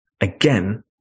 again